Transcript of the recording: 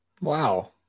Wow